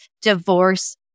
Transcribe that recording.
Divorce